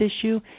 issue